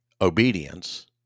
obedience